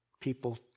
people